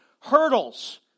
Hurdles